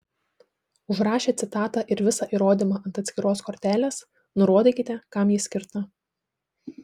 užrašę citatą ir visą įrodymą ant atskiros kortelės nurodykite kam ji skirta